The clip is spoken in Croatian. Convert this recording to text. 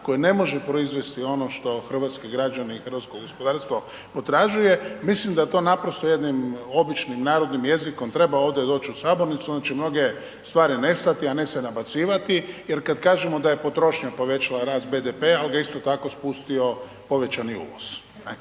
koje ne može proizvesti ono što hrvatski građani i hrvatskog gospodarstvo potražuje. Mislim da to naprosto jednim običnim, narodnim jezikom treba ovdje doći u sabornicu onda će mnoge stvari nestati, a ne se nabacivati jer kad kažemo da je potrošnja povećala rast BDP-a al ga isto tako spustio povećani uvoz.